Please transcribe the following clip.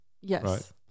Yes